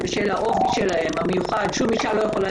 שבשל האופי המיוחד שלהם שום אישה לא יכולה